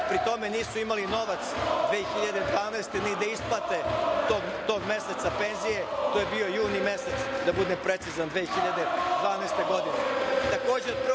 Pri tome, nisu imali novac 2012. godine ni da isplate tog meseca penzije. To je bio juni mesec, da budem precizan, 2012. godine. Takođe,